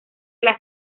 las